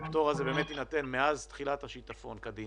שהפטור הזה יינתן מאז תחילת השיטפון קדימה,